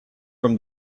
from